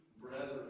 brethren